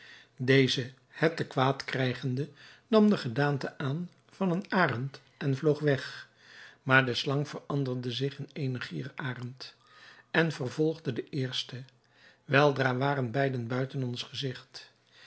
deze het te kwaad krijgende nam de gedaante aan van een arend en vloog weg maar de slang veranderde zich in eene gierarend en vervolgde den eersten weldra waren beide buiten ons gezigt